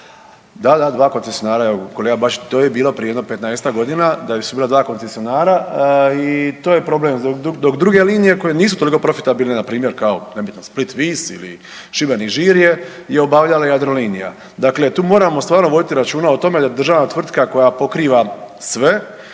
evo kolega Bačić, to je bilo prije jedno 15-tak godina da su bila 2 koncesionara i to je problem. Dok druge linije koje nisu toliko profitabilne npr. kao nebitno Split – Vis ili Šibenik – Žirje je obavljala Jadrolinija. Dakle tu moramo stvarno voditi računa o tome da državna tvrtka koja pokriva sve